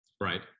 right